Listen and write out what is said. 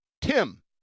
Tim